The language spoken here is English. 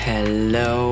Hello